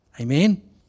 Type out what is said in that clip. Amen